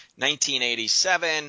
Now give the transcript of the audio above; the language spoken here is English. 1987